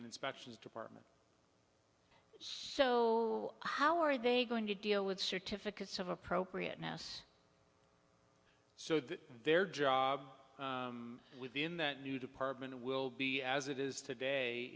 inspections department so how are they going to deal with certificates of appropriateness so that their job within that new department will be as it is today